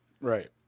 Right